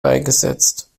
beigesetzt